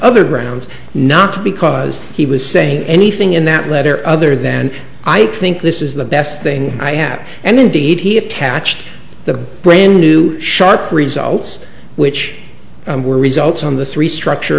other grounds not because he was saying anything in that letter other than i think this is the best thing i have and indeed he attached the brand new sharp results which were results on the three structure